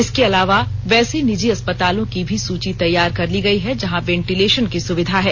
इसके अलावा वैसे निजी अस्पतालों की भी सूची तैयार कर ली गई है जहां वेंटीलेशन की सूविधा है